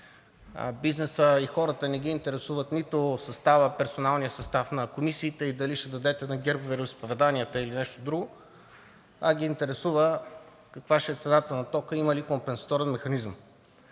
Бизнесът и хората не се интересуват нито от персоналния състав на комисиите и дали ще дадете на ГЕРБ вероизповеданията или нещо друго, а ги интересува каква ще е цената на тока и ще има ли компенсаторен механизъм.